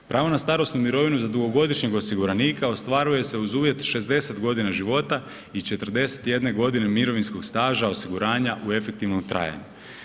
Pravo na starosnu mirovinu i za dugogodišnjeg osiguranika ostvaruje se uz uvjet 60.g. života i 41.g. mirovinskog staža, osiguranja u efektivnom trajanju.